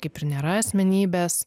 kaip ir nėra asmenybės